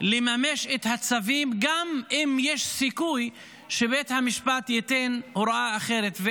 לממש את הצווים גם אם יש סיכוי שבית המשפט ייתן הוראה אחרת.